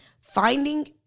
finding